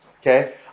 okay